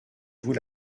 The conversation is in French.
vous